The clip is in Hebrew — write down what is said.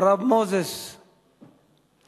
הרב מוזס אליעזר.